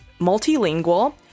multilingual